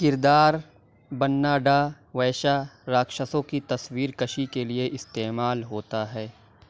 کردار بنناڈا ویشا راکشسوں کی تصویر کشی کے لیے استعمال ہوتا ہے